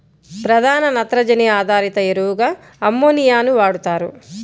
ప్రధాన నత్రజని ఆధారిత ఎరువుగా అమ్మోనియాని వాడుతారు